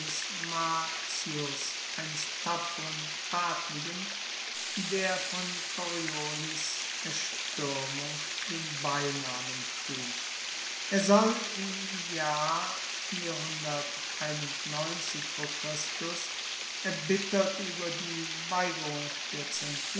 eines tapferen adligen der von coriolis erstuermung den beinamen trug er soll im jahr erbittert ueber die weigerung der